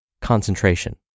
concentration